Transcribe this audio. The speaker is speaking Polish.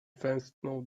westchnął